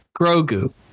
Grogu